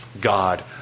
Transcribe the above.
God